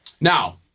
Now